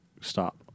stop